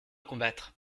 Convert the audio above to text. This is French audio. combattre